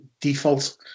default